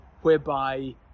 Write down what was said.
whereby